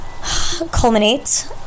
culminate